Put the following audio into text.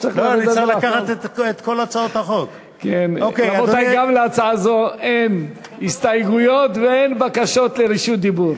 גם להצעת חוק זו אין הסתייגויות ואין בקשות לרשות דיבור.